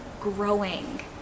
growing